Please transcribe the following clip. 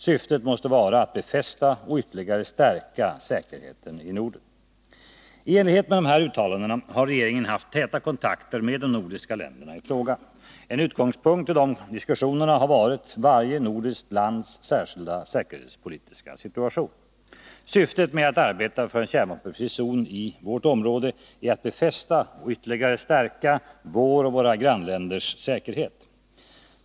Syftet måste vara att befästa och ytterligare stärka säkerheten i Norden.” I enlighet med dessa uttalanden har regeringen haft täta kontakter med de nordiska länderna i frågan. En utgångspunkt i dessa diskussioner har varit varje nordiskt lands särskilda säkerhetspolitiska situation. Syftet med att arbeta för en kärnvapenfri zon i vårt område är att befästa och ytterligare stärka vår och våra grannländers säkerhet.